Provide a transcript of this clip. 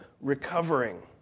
recovering